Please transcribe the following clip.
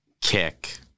kick